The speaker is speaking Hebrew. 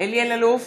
אלי אלאלוף,